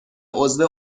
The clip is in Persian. عضو